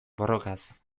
borrokaz